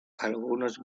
algunas